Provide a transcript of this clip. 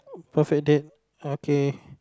perfect date okay